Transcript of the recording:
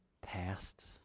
Past